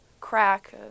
crack